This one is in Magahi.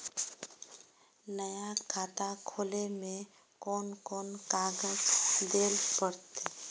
नया खाता खोले में कौन कौन कागज देल पड़ते?